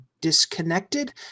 disconnected